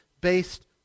based